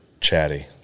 chatty